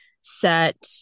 set